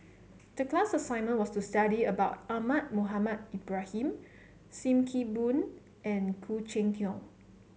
the class assignment was to study about Ahmad Mohamed Ibrahim Sim Kee Boon and Khoo Cheng Tiong